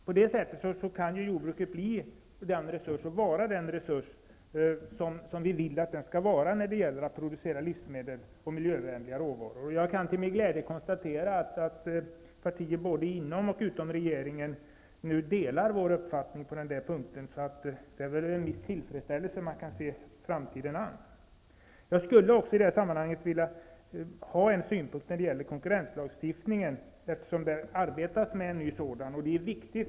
På det sättet kan jordbruket vara den resurs som vi vill att det skall vara när det gäller livsmedelsproduktion som grundar sig på miljövänliga råvaror. Jag kan till min glädje konstatera att partier både inom och utom regeringen nu delar vår uppfattning på den punkten. Det är därför med en viss tillfredsställelse man kan se framtiden an. Jag skulle också i det här sammanhanget vilja ge en synpunkt på konkurrenslagstiftningen, eftersom det arbetas med en ny sådan.